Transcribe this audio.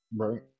Right